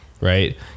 right